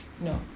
no